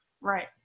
Right